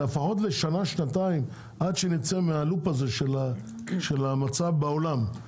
לפחות לשנה-שנתיים עד שנצא מהלופ הזה של המצב בעולם,